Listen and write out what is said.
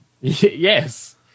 Yes